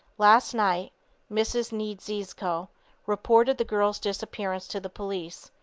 last night mrs. niedziezko reported the girl's disappearance to the police.